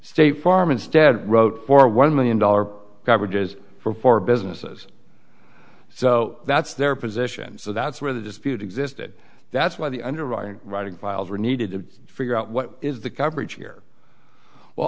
state farm instead wrote for one million dollars coverage is for four businesses so that's their position so that's where the dispute existed that's why the underwriting writing files were needed to figure out what is the coverage here well